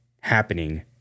happening